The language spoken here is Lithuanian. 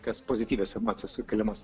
kas pozityvios emocijos sukeliamos